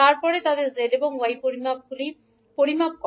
তারপরে তাদের z এবং y প্যারামিটারগুলি পরিমাপ করা